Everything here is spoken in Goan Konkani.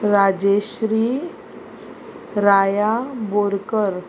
राजेश्री राया बोरकर